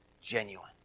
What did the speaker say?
genuine